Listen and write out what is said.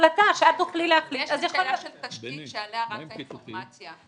יש שאלה של תשתית שעליה רק האינפורמציה.